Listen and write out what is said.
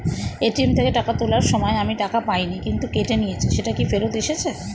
ATM থেকে টাকা তোলার সময় আমি টাকা পাইনি কিন্তু কেটে নিয়েছে সেটা কি ফেরত এসেছে?